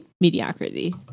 mediocrity